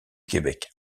québec